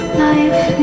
life